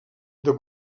del